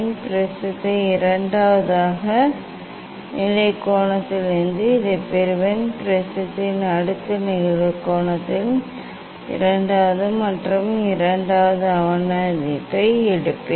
ப்ரிஸத்தின் இரண்டாவது நிலை கோணத்திற்கு இதைப் பெறுவேன் ப்ரிஸத்தின் அடுத்த நிகழ்வு கோணத்திற்கு இரண்டாவது நான் இரண்டாவது அவதானிப்பை எடுப்பேன்